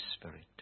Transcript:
Spirit